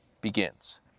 begins